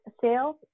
sales